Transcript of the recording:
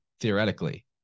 theoretically